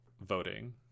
voting